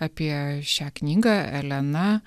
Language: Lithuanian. apie šią knygą elena